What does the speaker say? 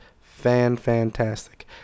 fan-fantastic